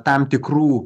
tam tikrų